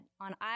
on